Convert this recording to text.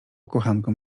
kochankom